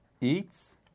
eats